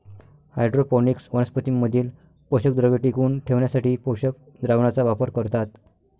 hydroponics वनस्पतीं मधील पोषकद्रव्ये टिकवून ठेवण्यासाठी पोषक द्रावणाचा वापर करतात